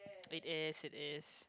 it is it is